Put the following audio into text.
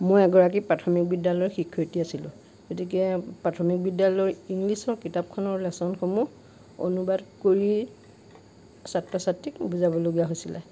মই এগৰাকী প্ৰাথমিক বিদ্যালয়ৰ শিক্ষয়িত্ৰী আছিলোঁ গতিকে প্ৰাথমিক বিদ্যালয়ৰ ইংলিছৰ কিতাপখনৰ লেছনসমূহ অনুবাদ কৰি ছাত্ৰ ছাত্ৰীক বুজাব লগীয়া হৈছিলে